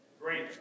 Great